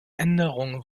änderung